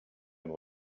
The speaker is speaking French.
même